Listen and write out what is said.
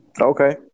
Okay